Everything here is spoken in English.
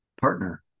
partner